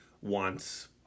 wants